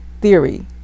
theory